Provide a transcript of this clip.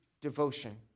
devotion